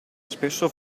spesso